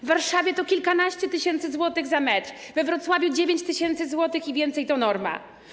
W Warszawie to kilkanaście tysięcy złotych za metr, we Wrocławiu - 9 tys. i więcej to norma.